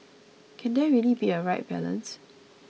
can there really be a right balance